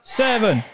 seven